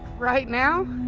right now,